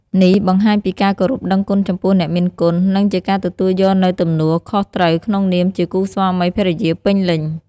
នេះបង្ហាញពីការគោរពដឹងគុណចំពោះអ្នកមានគុណ និងជាការទទួលយកនូវទំនួលខុសត្រូវក្នុងនាមជាគូស្វាមីភរិយាពេញលេញ។